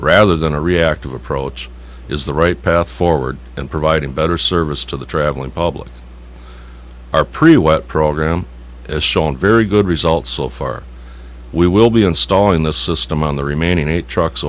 rather than a reactive approach is the right path forward and providing better service to the traveling public are pretty wet program as shown very good results so far we will be installing the system on the remaining eight trucks